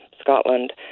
Scotland